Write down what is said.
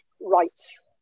rights